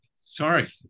Sorry